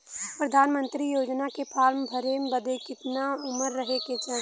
प्रधानमंत्री योजना के फॉर्म भरे बदे कितना उमर रहे के चाही?